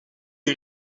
les